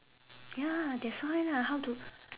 ya that's why lah how to